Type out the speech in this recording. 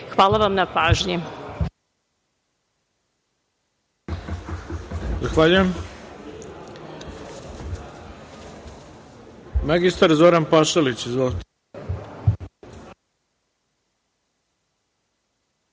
Hvala vam na pažnji.